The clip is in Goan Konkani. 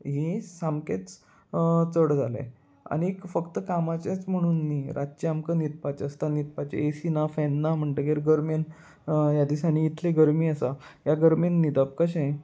ही सामकेंच चड जालें आनीक फक्त कामाचेंच म्हणून न्ही रातचें आमकां न्हिदपाचें आसता न्हिदपाचे ए सी ना फेन ना म्हणटगीर गरमेन ह्या दिसांनी इतली गरमी आसा ह्या गरमेन न्हिदप कशें